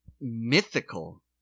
mythical